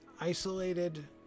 Isolated